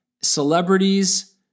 celebrities